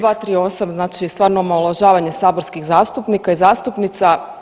238., znači stvarno omalovažavanje saborskih zastupnika i zastupnica.